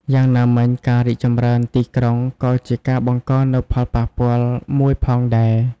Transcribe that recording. យ៉ាងណាមិញការរីកចម្រើនទីក្រុងក៏ជាការបង្កនូវផលប៉ះពាល់មួយផងដែរ។